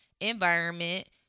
environment